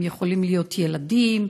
הם יכולים להיות ילדים,